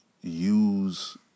use